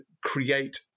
create